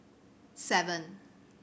seven